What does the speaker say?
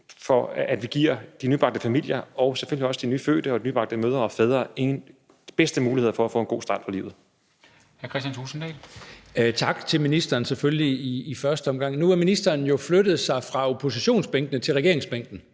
at vi giver de nybagte familier, de nyfødte og de nybagte mødre og fædre, de bedste muligheder for at få en god start. Kl.